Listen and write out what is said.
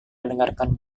mendengarkan